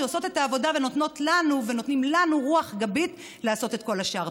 שעושות את העבודה ונותנות ונותנים לנו רוח גבית לעשות את כל השאר.